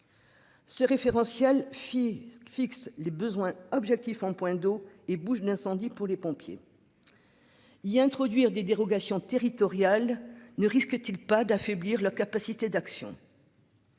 Ce référentiel Fisc fixe les besoins objectifs en point d'eau et bouche d'incendie pour les pompiers. Il y introduire des dérogations territoriale ne risque-t-il pas d'affaiblir la capacité d'action.